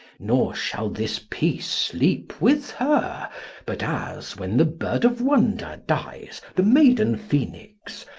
nor shall this peace sleepe with her but as when the bird of wonder dyes, the mayden phoenix,